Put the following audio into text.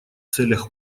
целях